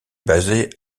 basé